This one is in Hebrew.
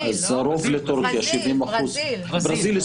ברזיל,